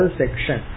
section